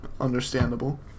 understandable